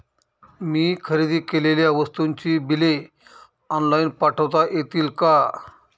मी खरेदी केलेल्या वस्तूंची बिले ऑनलाइन पाठवता येतील का?